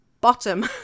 bottom